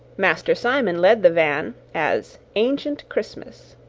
master simon led the van, as ancient christmas,